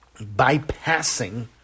bypassing